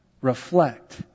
Reflect